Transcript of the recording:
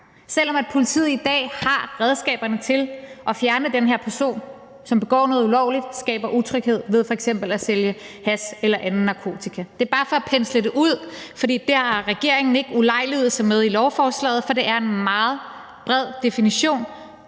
selv om politiet i dag har redskaberne til at fjerne den her person, som begår noget ulovligt og skaber utryghed ved f.eks. at sælge hash eller anden narkotika. Det er bare for at pensle det ud, for det har regeringen ikke ulejliget sig med at gøre i lovforslaget – det er en meget bred definition,